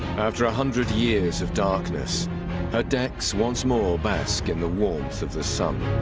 after a hundred years of darkness iudex want norvasc in the warmth of the sun